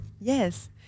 yes